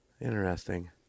Interesting